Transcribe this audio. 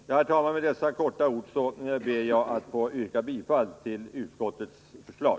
Herr talman! Med dessa få ord ber jag att få yrka bifall till utskottets förslag.